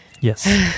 yes